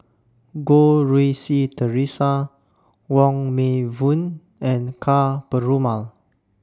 Goh Rui Si Theresa Wong Meng Voon and Ka Perumal